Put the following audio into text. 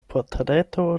portreto